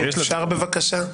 אפשר בבקשה.